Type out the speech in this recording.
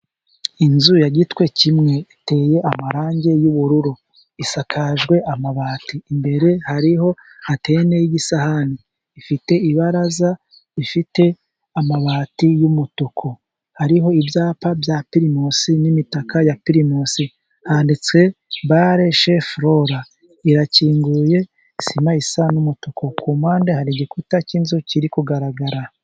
Inzu ya gitwe kimwe iteye amarangi yubururu. Isakajwe amabati, imbere hariho antene y'isahani. Ifite ibaraza rifite amabati y'umutuku, hariho ibyapa bya pirimusi n'imitaka ya pirimusi. Handitse bale she Folora. Irakinguye, sima isa n'umutuku. Ku mpande hari igikuta cy'inzu kiri kugaragara.